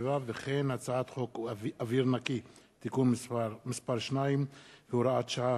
והצעת חוק אוויר נקי (תיקון מס' 2 והוראת שעה),